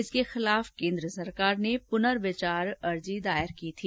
इसके खिलाफ सरकार ने पुनर्विचार अर्जी दायर की थी